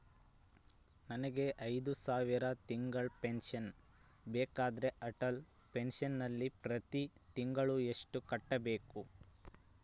ನನಗೆ ಐದು ಸಾವಿರ ತಿಂಗಳ ಪೆನ್ಶನ್ ಬೇಕಾದರೆ ಅಟಲ್ ಪೆನ್ಶನ್ ನಲ್ಲಿ ಪ್ರತಿ ತಿಂಗಳು ಎಷ್ಟು ಕಟ್ಟಬೇಕು?